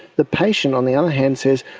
the patient on the other hand says,